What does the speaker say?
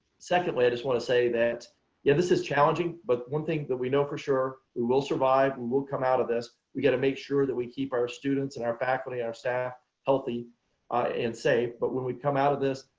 secondly i just want to say that yeah this is challenging but one thing that we know for sure we will survive. we will come out of this. we got to make sure that we keep our students and our faculty, our staff healthy and safe, but when we come out of this,